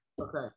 Okay